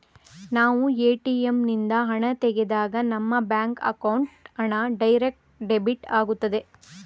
ನಾವು ಎ.ಟಿ.ಎಂ ನಿಂದ ಹಣ ತೆಗೆದಾಗ ನಮ್ಮ ಬ್ಯಾಂಕ್ ಅಕೌಂಟ್ ಹಣ ಡೈರೆಕ್ಟ್ ಡೆಬಿಟ್ ಆಗುತ್ತದೆ